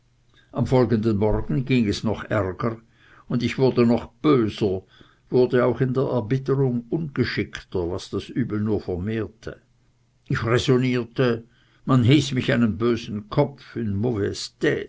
am folgenden morgen ging es noch ärger und ich wurde noch böser wurde auch in der erbitterung ungeschickter was das übel nur vermehrte ich räsonnierte man hieß mich einen bösen kopf